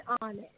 honest